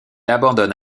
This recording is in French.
abandonne